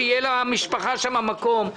שיהיה למשפחה שם מקום.